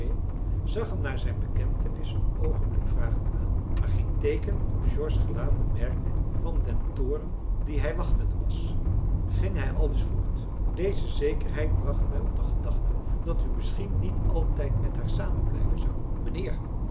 zag hem na zijn bekentenis een oogenblik vragend aan maar geen teeken op george's gelaat bemerkende van den toorn dien hij wachtende was ging hij aldus voort deze zekerheid bracht mij op de gedachte dat u misschien niet altijd met haar samenblijven zou mijnheer